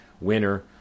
winner